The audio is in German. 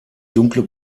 dunkle